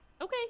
Okay